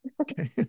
Okay